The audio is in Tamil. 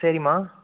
சரிம்மா